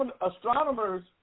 astronomers